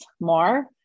more